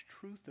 truth